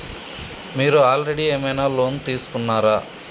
మీరు ఆల్రెడీ ఏమైనా లోన్ తీసుకున్నారా?